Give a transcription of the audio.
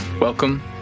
Welcome